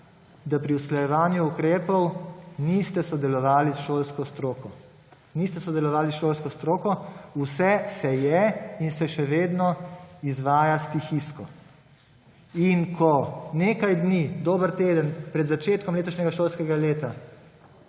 da pri usklajevanju ukrepov niste sodelovali s šolsko stroko. Vse se je in se še vedno izvaja stihijsko in ko nekaj dni, dober teden pred začetkom letošnjega šolskega leta